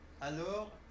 Alors